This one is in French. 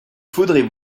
faudrait